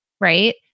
right